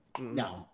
No